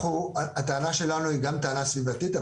הטענה שלנו היא גם טענה סביבתית,